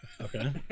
Okay